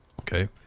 Okay